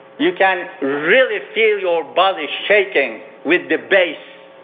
you can really feel your body shaking with the base.